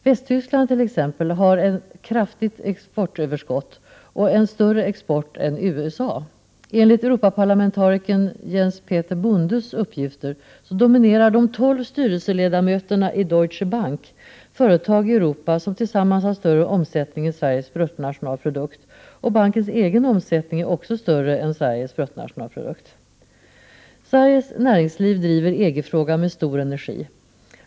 Västtyskland t.ex. har ett kraftigt exportöverskott och en större export än USA. Enligt Europaparlamentarikern Jens-Peter Bondes uppgifter dominerar de tolv styrelseledamöterna i Deutsche Bank-företag i Europa, som tillsammans har större omsättning än Sveriges bruttonationalprodukt, och bankens egen omsättning är också större än Sveriges BNP. Sveriges näringsliv driver EG-frågan med stor energi.